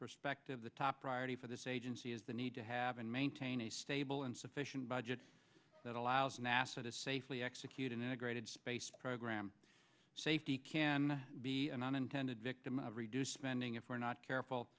perspective the top priority for this agency is the need to have and maintain a stable and sufficient budget that allows nasa to safely execute an integrated space program safety can be an unintended victim of reduced spending if we're not careful